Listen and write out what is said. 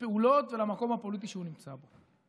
לפעולות ולמקום הפוליטי שהוא נמצא בו.